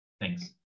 Thanks